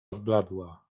zbladła